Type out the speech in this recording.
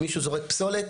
אם מישהו זורק פסולת,